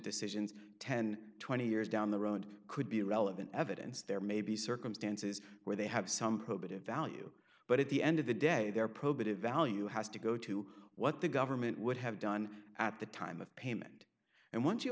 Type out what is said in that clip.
and twenty years down the road could be relevant evidence there may be circumstances where they have some probative value but at the end of the day there probative value has to go to what the government would have done at the time of payment and once you